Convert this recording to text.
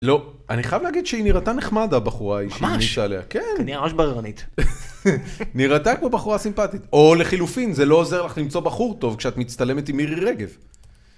לא. אני חייב להגיד שהיא נראתה נחמד, הבחורה ההיא ש... ממש. שהיא המליצה עליה. כן. כנראה ממש בררנית. נראתה כמו בחורה סימפטית. או לחילופין, זה לא עוזר לך למצוא בחור טוב כשאת מצטלמת עם מירי רגב.